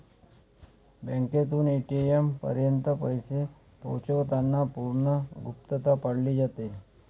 बँकेतून ए.टी.एम पर्यंत पैसे पोहोचवताना पूर्ण गुप्तता पाळली जाते